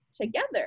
together